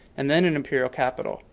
and then an imperial capital,